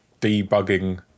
debugging